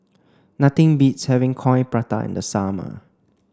nothing beats having Coin Prata in the summer